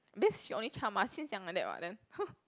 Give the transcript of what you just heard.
best she only child mah since young like that [what] then